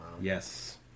Yes